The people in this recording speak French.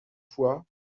fois